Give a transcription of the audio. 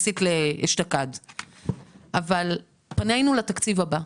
אבל פנינו לתקציב הבא.